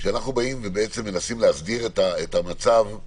כשאנחנו מנסים להסדיר את המצב,